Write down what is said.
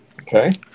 Okay